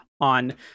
on